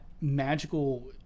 magical